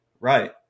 Right